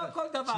לא כל דבר.